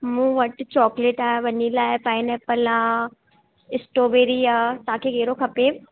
मूं वटि चॉकलेट आहे वैनिला आहे पाइनएप्पल आहे स्ट्रॉबेरी आहे तव्हांखे कहिड़ो खपे